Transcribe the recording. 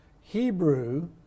Hebrew